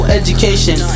education